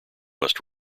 must